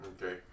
Okay